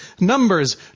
Numbers